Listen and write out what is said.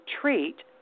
treat